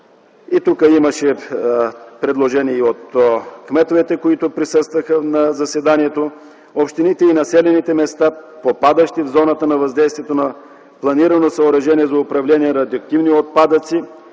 5. Тук имаше предложения и от кметовете, които присъстваха на заседанието, общините и населените места, попадащи в зоната на въздействието на планирано съоръжение за управление на радиоактивни отпадъци,